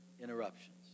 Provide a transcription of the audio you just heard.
interruptions